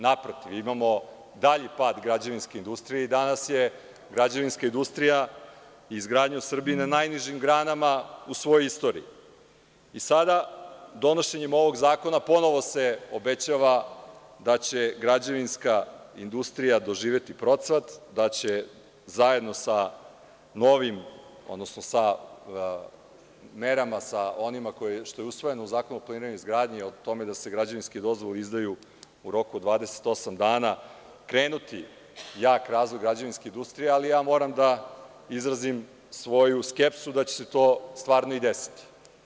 Naprotiv, imamo dalji pad građevinske industrije i danas je građevinska industrija, izgradnje Srbije na najnižim granama u svojoj istoriji i sada donošenjem ovog zakona ponovo se obećava da će građevinska industrija doživeti procvat, da će zajedno sa novim, odnosno sa merama koje su usvojene u Zakonu o planiranju i izgradnji, o tome da se građevinske dozvole izdaju u roku od 28 dana, krenuti jak razvoj građevinske industrije, ali, moram da izrazim svoju skepsu da će se to stvarno i desiti.